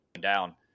down